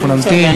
אנחנו נמתין.